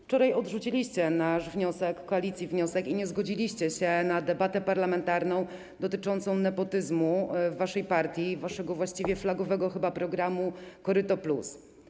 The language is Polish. Wczoraj odrzuciliście nasz, koalicji, wniosek i nie zgodziliście się na debatę parlamentarną dotyczącą nepotyzmu w waszej partii, waszego flagowego chyba programu koryto+.